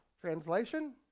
Translation